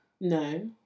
No